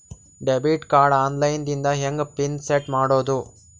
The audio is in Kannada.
ಡೆಬಿಟ್ ಕಾರ್ಡ್ ಆನ್ ಲೈನ್ ದಿಂದ ಹೆಂಗ್ ಪಿನ್ ಸೆಟ್ ಮಾಡೋದು?